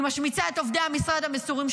היא משמיצה את עובדי המשרד המסורים,